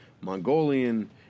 Mongolian